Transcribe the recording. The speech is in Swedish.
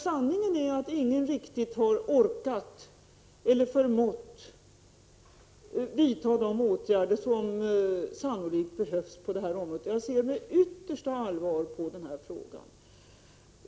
Sanningen är nog att ingen riktigt har orkat eller förmått vidta de åtgärder som sannolikt behövs. Jag ser därför med yttersta allvar på den här frågan.